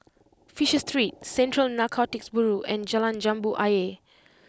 Fisher Street Central Narcotics Bureau and Jalan Jambu Ayer